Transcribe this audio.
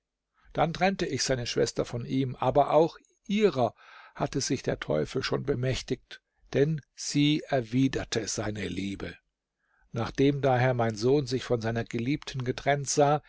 dann trennte ich seine schwester von ihm aber auch ihrer hatte sich der teufel schon bemächtigt denn sie erwiderte seine liebe nachdem daher mein sohn sich von seiner geliebten getrennt sah